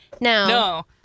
No